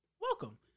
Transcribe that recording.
welcome